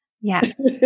Yes